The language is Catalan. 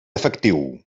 efectiu